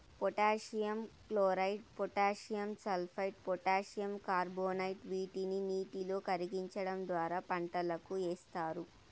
potassium chloride, potassium sulphate, potassium carbonate వీటిని నీటిలో కరిగించడం ద్వారా పంటలకు ఏస్తారు